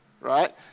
right